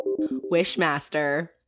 Wishmaster